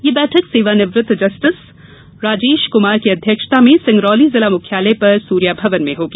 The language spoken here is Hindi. यह बैठक सेवानिवृत्त जस्टिस राजेश कुमार की अध्यक्षता में सिंगरोली जिला मुख्यालय पर सूर्या भवन में होगी